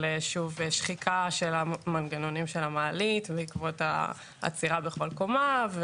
של שחיקה של המנגנונים של המעלית בעקבות העצירה בכל קומה,